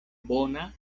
bona